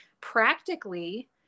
practically